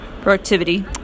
productivity